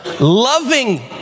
loving